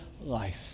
life